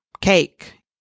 cake